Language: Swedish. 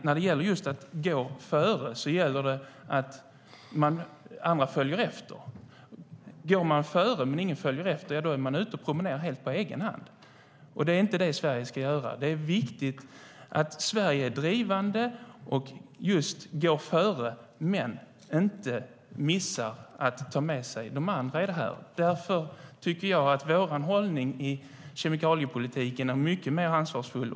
När det gäller att gå före måste andra följa efter. Om man går före men ingen följer efter är man ute och promenerar helt på egen hand, och det är inte det Sverige ska göra. Det är viktigt att Sverige är drivande och just går före men inte missar att ta med sig de andra i det här. Därför tycker jag att vår hållning i kemikaliepolitiken är mycket mer ansvarsfull.